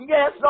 Yes